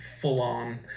full-on